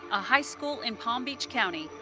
a high school in palm beach county,